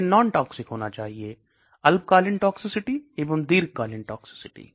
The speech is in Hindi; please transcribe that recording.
यह नॉन टॉक्सिक होना चाहिए अल्पकालीन टॉक्सिसिटी एवं दीर्घ कालीन टॉक्सिसिटी